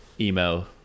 email